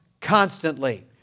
constantly